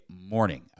morning